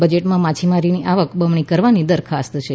બજેટમાં માછીમારોની આવક બમણી કરવાની દરખાસ્ત છે